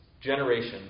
generation